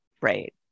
Right